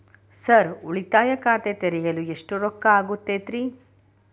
Sir ಉಳಿತಾಯ ಖಾತೆ ತೆರೆಯಲು ಎಷ್ಟು ರೊಕ್ಕಾ ಆಗುತ್ತೇರಿ?